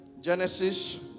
Genesis